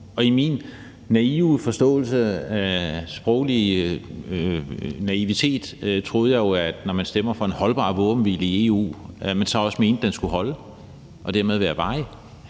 Og i min naive forståelse, i min sproglige naivitet, troede jeg jo, at når man stemmer for en holdbar våbenhvile i EU, så mente man også, at den skulle holde og dermed være varig.